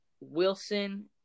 Wilson